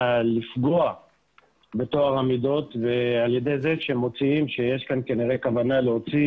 לפגוע בטוהר המידות על ידי זה שיש כנראה כוונה להוציא